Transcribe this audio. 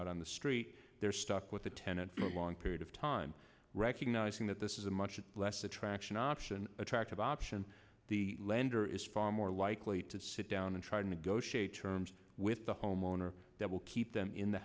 out on the street they're stuck with the tenant for long period of time recognizing that this is a much less attraction option attractive option the lender is far more likely to sit down and try to negotiate terms with the homeowner that will keep them in the